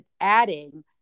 adding